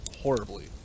horribly